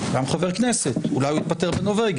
הוא גם חבר כנסת, אולי הוא יתפטר בנורבגי.